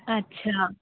ਅੱਛਾ